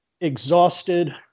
exhausted